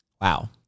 wow